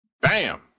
Bam